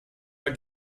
pas